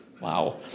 Wow